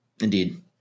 Indeed